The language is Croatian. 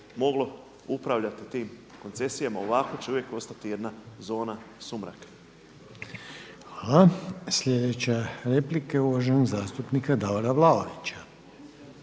moglo upravljati tim koncesijama. Ovako će uvijek ostati jedna zona sumraka. **Reiner, Željko (HDZ)** Hvala. Sljedeća replika uvaženog zastupnika Davora Vlaovića.